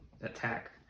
attack